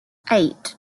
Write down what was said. eight